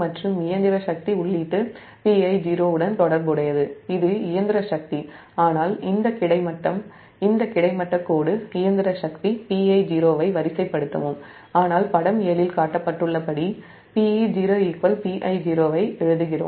மற்றும் இயந்திர சக்தி உள்ளீட்டு Pi0 உடன் தொடர்புடையது ஆனால் இந்த கிடைமட்ட கோடு இயந்திர சக்தி Pi0 ஐ வரிசைப்படுத்தவும் ஆனால் படம் 7 இல் காட்டப்பட்டுள்ளபடி Pe0 Pi0 ஐ எழுதுகிறோம்